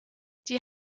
die